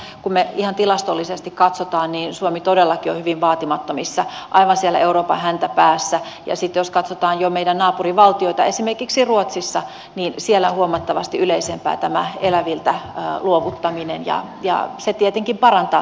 kun me ihan tilastollisesti katsomme niin suomi todellakin on hyvin vaatimattomissa luvuissa aivan siellä euroopan häntäpäässä ja sitten jos katsotaan jo meidän naapurivaltioitamme esimerkiksi ruotsia niin siellä on huomattavasti yleisempää tämä eläviltä luovuttaminen ja se tietenkin parantaa tätä tilannetta